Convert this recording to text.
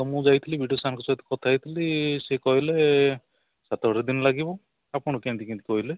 ତ ମୁଁ ଯାଇଥିଲି ବି ଡ଼ି ଓ ସାର୍ଙ୍କ ସହିତ କଥା ହେଇଥିଲି ସେ କହିଲେ ସାତ ଆଠ ଦିନ ଲାଗିବ ଆପଣଙ୍କୁ କେମିତି କହିଲେ